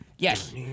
Yes